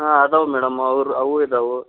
ಹಾಂ ಇದಾವ್ ಮೇಡಮ್ ಅವರು ಅವೂ ಇದ್ದಾವೆ